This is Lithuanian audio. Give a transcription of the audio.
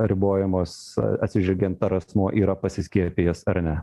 ribojamos atsižvelgiant ar asmuo yra pasiskiepijęs ar ne